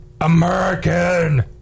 American